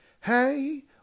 hey